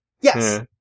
Yes